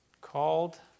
Called